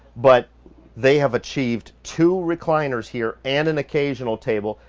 but they have achieved two recliners here and an occasional table,